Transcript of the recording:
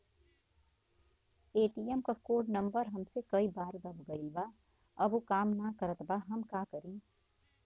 ATM क code number हमसे कई बार दब गईल बा अब उ काम ना करत बा हम का करी?